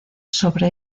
sobre